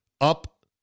up